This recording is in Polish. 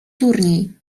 turniej